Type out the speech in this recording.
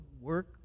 work